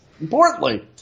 Importantly